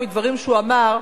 מדברים שהוא אמר,